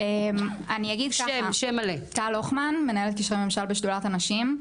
אני מנהלת קשרי ממשל בשדולת הנשים.